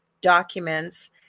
documents